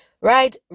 right